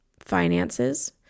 finances